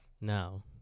now